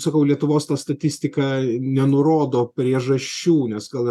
sakau lietuvos ta statistika nenurodo priežasčių nes gal